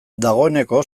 dagoeneko